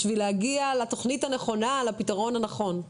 בשביל לנסות להגיע לתוכנית הנכונה, לפתרון הנכון?